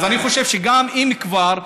אז אני חושב שאם כבר,